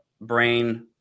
Brain